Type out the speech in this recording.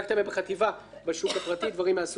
בחטיבה בשוק הפרטי, דברים מסוג זה.